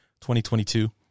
2022